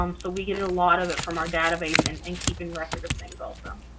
um so we get and a lot of that from our database and and keeping record of things also.